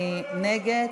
מי נגד?